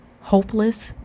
hopeless